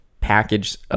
package